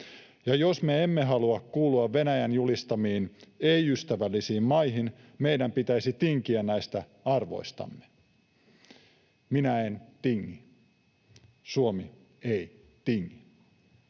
Ja jos me emme halua kuulua Venäjän julistamiin ei-ystävällisiin maihin, meidän pitäisi tinkiä näistä arvoistamme. Minä en tingi, Suomi ei tingi,